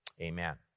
Amen